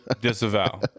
Disavow